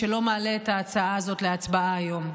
שלא מעלה את ההצעה הזאת להצבעה היום,